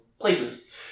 places